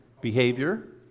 Behavior